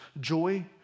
joy